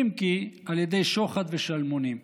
אם כי על ידי שוחד ושלמונים.